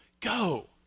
go